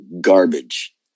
garbage